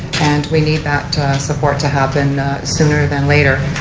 and we need that support to happen sooner than later.